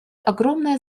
огромное